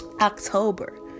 October